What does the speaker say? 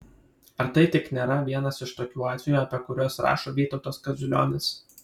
ar tai tik nėra vienas iš tokių atvejų apie kuriuos rašo vytautas kaziulionis